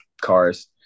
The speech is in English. cars